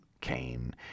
Cain